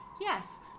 yes